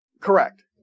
Correct